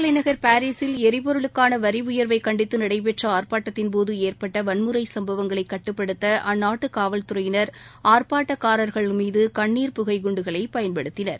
தலைநகர் பாரிஸில் எரிபொருளுக்கான வரி உயர்வை கண்டித்து நடைபெற்ற பிரான்ஸ் ஆர்ப்பாட்டத்தின் போது ஏற்பட்ட வன்முறை சம்பவங்கள் கட்டுபடுத்த அந்நாட்டு காவல்துறையினர் ஆர்ப்பாட்டகாரர்கள் மீது கண்ணீர் புகை குண்டுகளை பயன்படுத்தினர்